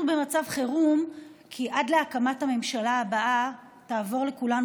אנחנו במצב חירום כי עד להקמת הממשלה הבאה תעבור לכולנו